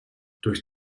durch